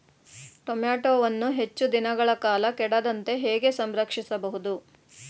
ಟೋಮ್ಯಾಟೋವನ್ನು ಹೆಚ್ಚು ದಿನಗಳ ಕಾಲ ಕೆಡದಂತೆ ಹೇಗೆ ಸಂರಕ್ಷಿಸಬಹುದು?